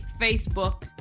Facebook